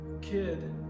kid